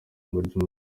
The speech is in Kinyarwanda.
ry’umunsi